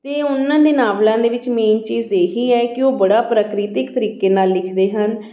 ਅਤੇ ਉਹਨਾਂ ਨੇ ਨਾਵਲਾਂ ਦੇ ਵਿੱਚ ਮੇਨ ਚੀਜ਼ ਇਹ ਹੀ ਹੈ ਕਿ ਉਹ ਬੜਾ ਪ੍ਰਾਕ੍ਰਿਤਿਕ ਤਰੀਕੇ ਨਾਲ ਲਿਖਦੇ ਹਨ